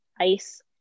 ice